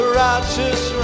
righteous